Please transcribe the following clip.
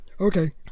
Okay